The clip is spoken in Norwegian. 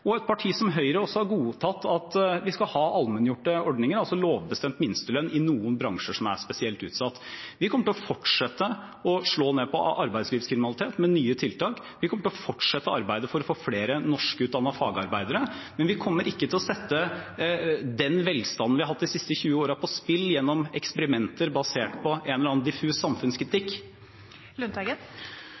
Et parti som Høyre har også godtatt at vi skal ha allmenngjorte ordninger, altså lovbestemt minstelønn, i noen bransjer som er spesielt utsatt. Vi kommer til å fortsette å slå ned på arbeidslivskriminalitet med nye tiltak. Vi kommer til å fortsette arbeidet for å få flere norskutdannede fagarbeidere, men vi kommer ikke til å sette den velstanden vi har hatt de siste 20 årene, på spill gjennom eksperimenter basert på en eller annen diffus samfunnskritikk. Per Olaf Lundteigen